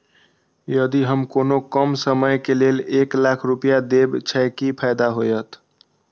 यदि हम कोनो कम समय के लेल एक लाख रुपए देब छै कि फायदा होयत?